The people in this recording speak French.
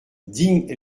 digne